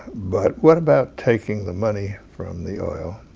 but what about taking the money from the oil